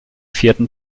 vierten